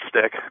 stick